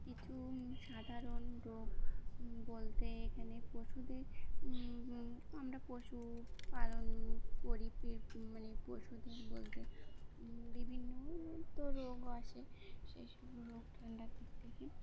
কিছু সাধারণ রোগ বলতে এখানে পশুদের আমরা পশুপালন করি মানে পশুদের বলতে বিভিন্ন তো রোগও আসে সেইসব রোগ ঠান্ডার দিক থেকে